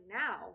now